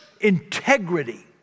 integrity